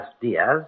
Diaz